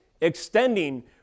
extending